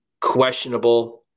questionable